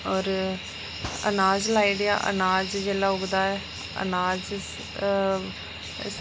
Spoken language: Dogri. होर अनाज लाई ओड़ेआ अनाज जेल्लै उगदा ऐ अनाज